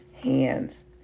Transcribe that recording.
hands